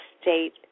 state